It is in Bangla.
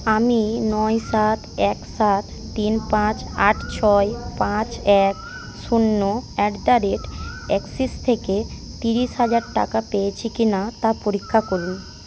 আমি নয় সাত এক সাত তিন পাঁচ আট ছয় পাঁচ এক শূন্য এট দা রেট এক্সিস থেকে ত্রিশ হাজার টাকা পেয়েছি কিনা তা পরীক্ষা করুন